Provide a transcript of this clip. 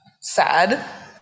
Sad